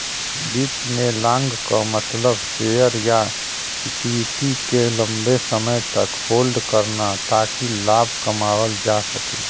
वित्त में लॉन्ग क मतलब शेयर या इक्विटी के लम्बे समय तक होल्ड करना ताकि लाभ कमायल जा सके